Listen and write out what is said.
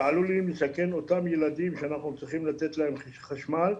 שעלולים לסכן את אותם ילדים שאנחנו צריכים לתת להם חשמל,